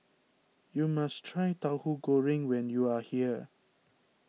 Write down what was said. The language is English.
you must try Tahu Goreng when you are here